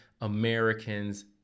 Americans